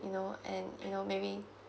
you know and you know maybe